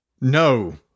No